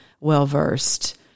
well-versed